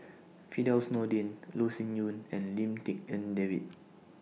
Firdaus Nordin Loh Sin Yun and Lim Tik En David